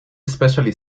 especially